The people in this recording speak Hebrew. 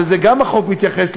וגם לזה החוק מתייחס,